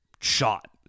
shot